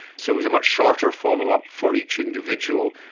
so it was a much shorter follow-up for each individual,